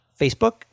Facebook